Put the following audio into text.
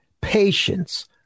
patience